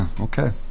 Okay